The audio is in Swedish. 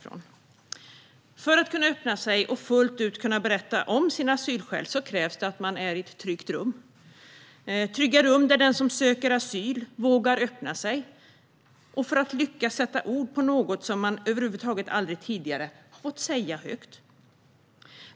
För att den som söker asyl ska kunna öppna sig och fullt ut berätta om sina asylskäl krävs att man är i ett tryggt rum, där man vågar öppna sig och lyckas sätta ord på något som man aldrig tidigare över huvud taget har fått säga högt.